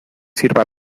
sirva